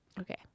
Okay